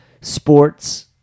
sports